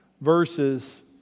verses